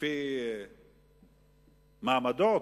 לפי מעמדות,